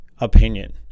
opinion